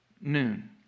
noon